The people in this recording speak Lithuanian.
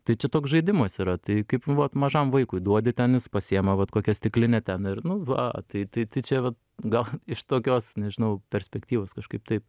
tai čia toks žaidimas yra tai kaip vat mažam vaikui duodi ten jis pasiima vat kokią stiklinę ten ir nu va tai tai tai čia va gal iš tokios nežinau perspektyvos kažkaip taip